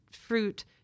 fruit